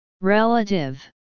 Relative